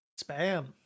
Spam